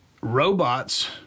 Robots